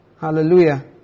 Hallelujah